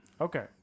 Okay